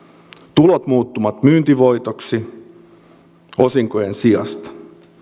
tulot muuttuvat myyntivoitoksi osinkojen sijasta